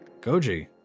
Goji